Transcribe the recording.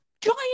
giant